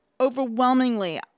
overwhelmingly